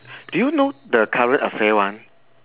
do you know the current affair one